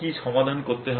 কি সমাধান করতে হবে